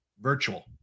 virtual